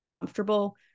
comfortable